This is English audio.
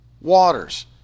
waters